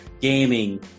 gaming